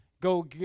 go